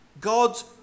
God's